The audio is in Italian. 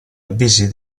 avvisi